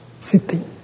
sitting